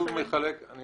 אני